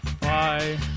Bye